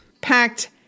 packed